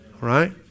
right